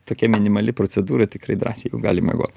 tokia minimali procedūra tikrai drąsiai jau gali miegot